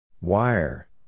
Wire